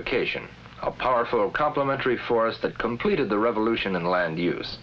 electrification a powerful complementary force that completed the revolution in land use